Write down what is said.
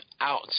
out